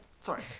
Sorry